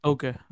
Okay